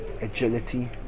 agility